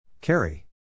Carry